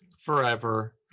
forever